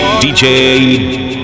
DJ